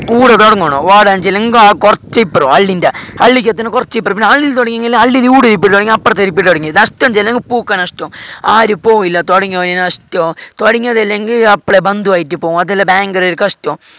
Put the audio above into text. ഊട് തുടങ്ങണം ഓടാന്ചിലെങ്കില് കുറച്ചിപ്പറം അള്ളീന്റെ അള്ളീക്കകത്തു നിന്ന് കുറച്ചിപ്പറം പിന്നെ അള്ളിയിൽ തുടങ്ങിയെങ്കില് അള്ളിയിലൂടെയിപ്പോൾ തുടങ്ങി അപ്പുറത്തൊരു പീടിക തുടങ്ങി നഷ്ടം ചെങ്കി പൂക്ക നഷ്ടം ആരും പോയില്ല തുടങ്ങിയൊയനെ നഷ്ടം തുടങ്ങിയതല്ലെങ്കില് അപ്പളെ ബന്ധു ആയിട്ട് പോകും അതിൽ ഭയങ്കരമൊരു കഷ്ടം